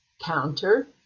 counter